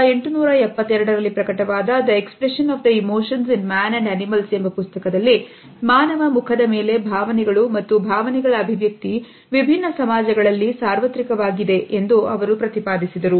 1872ರಲ್ಲಿ ಪ್ರಕಟವಾದ The Expression Of The Emotions In Man And Animals ಎಂಬ ಪುಸ್ತಕದಲ್ಲಿ ಮಾನವ ಮುಖದ ಮೇಲೆ ಭಾವನೆಗಳು ಮತ್ತು ಭಾವನೆಗಳ ಅಭಿವ್ಯಕ್ತಿ ವಿಭಿನ್ನ ಸಮಾಜಗಳಲ್ಲಿ ಸಾರ್ವತ್ರಿಕವಾಗಿ ಇದೆ ಎಂದು ಅವರು ಪ್ರತಿಪಾದಿಸಿದರು